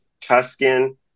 Tuscan